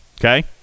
Okay